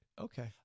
Okay